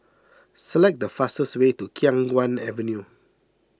select the fastest way to Khiang Guan Avenue